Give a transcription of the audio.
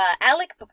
Alec